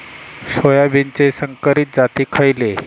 सोयाबीनचे संकरित जाती खयले?